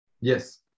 Yes